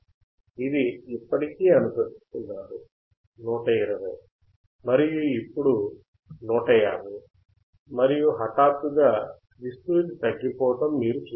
ఇది ఇప్పటికీ అనుసరిస్తున్నారు 120 మరియు ఇప్పుడు 150 మరియు హఠాత్తుగా విస్తృతి తగ్గిపోవటం మీరు చూస్తున్నారు